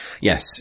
yes